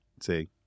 See